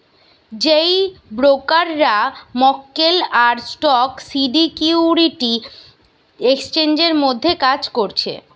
যেই ব্রোকাররা মক্কেল আর স্টক সিকিউরিটি এক্সচেঞ্জের মধ্যে কাজ করছে